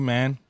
Man